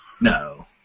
No